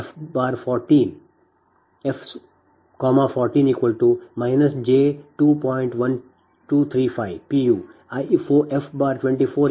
1235 pu I f 24 j1